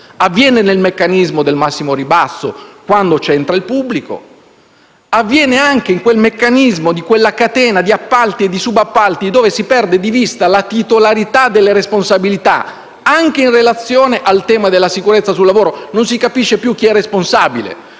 avvenendo nel meccanismo del massimo ribasso, quando c'entra il pubblico, e anche in quello della catena di appalti e subappalti, in cui si perde di vista la titolarità delle responsabilità anche in relazione al tema della sicurezza sul lavoro. Non si capisce più chi è responsabile